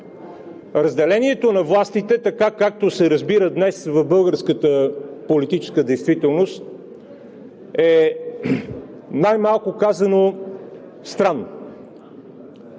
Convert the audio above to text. Разделението на властите – така, както се разбира днес в българската политическа действителност, е най-малко казано странно.